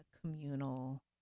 communal